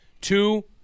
Two